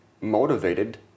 motivated